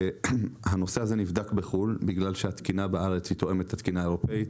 הנושא הזה נבדק בחו"ל בגלל שהתקינה שיש בארץ תואמת את התקינה האירופאית.